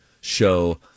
show